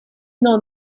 non